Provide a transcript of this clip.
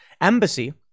embassy